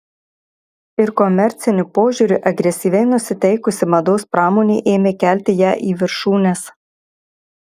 ir komerciniu požiūriu agresyviai nusiteikusi mados pramonė ėmė kelti ją į viršūnes